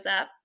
up